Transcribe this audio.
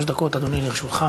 שלוש דקות, אדוני, לרשותך.